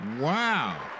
Wow